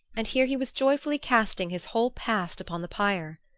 and here he was joyfully casting his whole past upon the pyre!